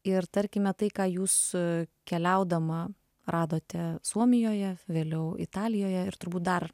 ir tarkime tai ką jūs keliaudama radote suomijoje vėliau italijoje ir turbūt dar